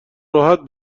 راحت